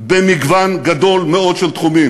במגוון גדול מאוד של תחומים,